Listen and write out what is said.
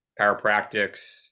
chiropractics